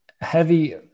heavy